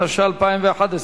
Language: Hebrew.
התשע"א 2011,